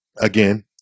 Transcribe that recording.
again